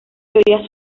teorías